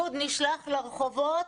ציוד נשלח לרחובות,